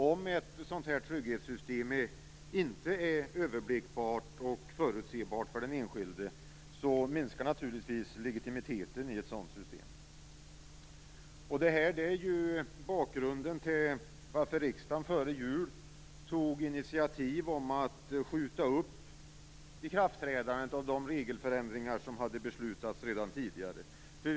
Om ett sådant här trygghetssystem inte är överblickbart och förutsebart för den enskilde minskar naturligtvis dess legitimitet. Det här är bakgrunden till att riksdagen före jul tog ett initiativ om att skjuta upp ikraftträdandet av de regelförändringar som redan tidigare hade beslutats.